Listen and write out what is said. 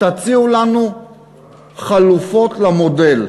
תציעו לנו חלופות למודל,